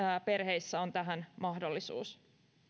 perheissä on tähän mahdollisuus